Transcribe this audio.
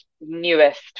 newest